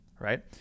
right